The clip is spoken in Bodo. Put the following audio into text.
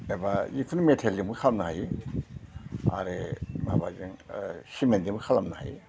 एबा जिखुनु मेटेलजोंबो खालामनो हायो आरो माबाजों सिमेन्टजोंबो खालामनो हायो